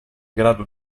grado